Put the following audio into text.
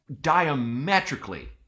diametrically